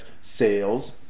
sales